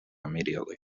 immediately